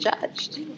judged